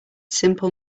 simple